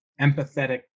empathetic